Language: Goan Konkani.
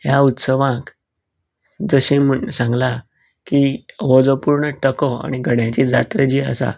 ह्या उत्सवाक जशे म्हण सांगला की हो जो पुर्ण टको आनी गड्याची जात्रा जी आसा